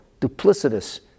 duplicitous